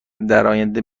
درآینده